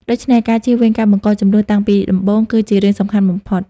ដូច្នេះ ការជៀសវាងការបង្កជម្លោះតាំងពីដំបូង គឺជារឿងសំខាន់បំផុត។